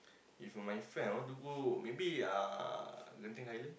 if for my friend I want to go maybe Genting island